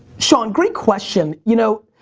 sean, great question. you know